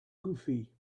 goofy